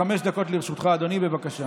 חמש דקות לרשותך, אדוני, בבקשה.